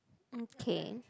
okay